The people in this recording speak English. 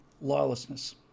lawlessness